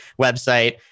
website